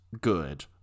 good